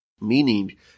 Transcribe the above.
Meaning